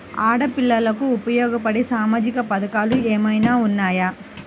ఆడపిల్లలకు ఉపయోగపడే సామాజిక పథకాలు ఏమైనా ఉన్నాయా?